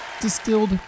Distilled